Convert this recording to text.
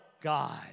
God